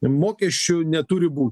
mokesčių neturi būt